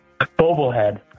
Bobblehead